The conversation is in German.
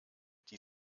die